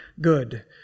good